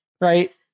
Right